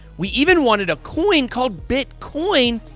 we even wanted a coin called bitcoin,